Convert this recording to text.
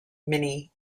mini